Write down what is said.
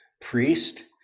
priest